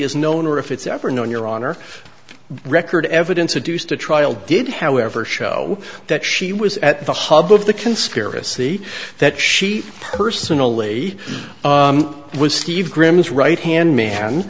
is known or if it's ever known your honor record evidence a deuce to trial did however show that she was at the hub of the conspiracy that she personally was steve grimm's right hand man